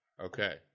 Okay